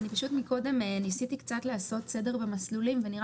קודם ניסיתי לעשות קצת סדר במסלולים ונראה